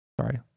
sorry